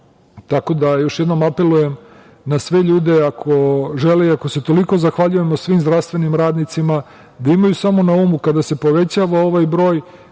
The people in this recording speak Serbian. kontrola. Još jednom apelujem na sve ljude ako žele, i ako se toliko zahvaljujemo zdravstvenim radnicima, da imaju samo na umu kada se povećava ovaj broj,